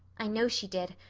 i know she did,